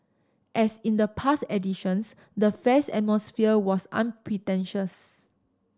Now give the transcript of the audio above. as in the past editions the fair's atmosphere was unpretentious